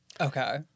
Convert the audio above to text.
Okay